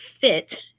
fit